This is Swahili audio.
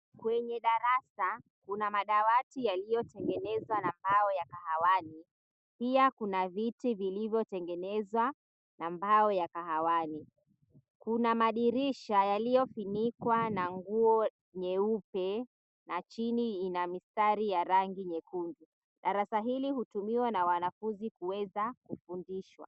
Kwenye darasa kuna madawati yaliyotengenezwa na mbao ya kahawani pia kuna viti vilivyotengenezwa na mbao ya kahawani, kuna madirisha yaliyofinikwa na nguo nyeupe na chini ina mistari ya nyekundu. Darasa hili hutumiwa na wanafunzi kuweza kufundishwa.